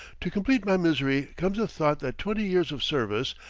to complete my misery comes the thought that twenty years of service,